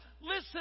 Listen